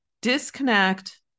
disconnect